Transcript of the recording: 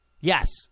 Yes